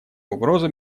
угрозу